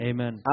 Amen